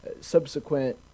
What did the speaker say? subsequent